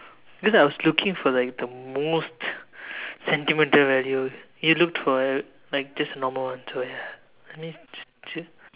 because I was looking for like the most sentimental value you looked for like just a normal one so ya I mean it's just